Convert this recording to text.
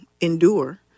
endure